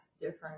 Different